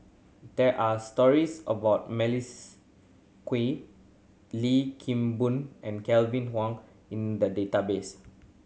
there are stories about Melissa Kwee Lim Kim Boon and Kevin Kwan In the database